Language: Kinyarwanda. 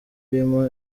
urimo